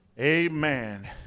amen